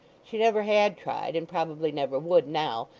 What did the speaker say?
she never had tried, and probably never would now,